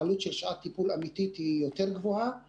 עלות של שעת טיפול אמיתית גבוהה יותר